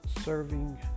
serving